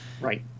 Right